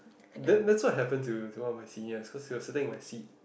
that that's what happened to to one of my seniors cause he was sitting on my seat